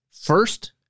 first